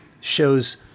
shows